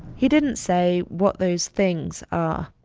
he didn't say what those things are